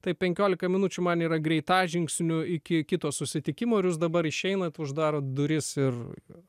tai penkiolika minučių man yra greitažingsniu iki kito susitikimo ir jūs dabar išeinat uždarot duris ir